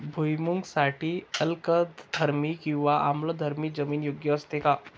भुईमूगासाठी अल्कधर्मी किंवा आम्लधर्मी जमीन योग्य असते का?